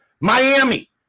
Miami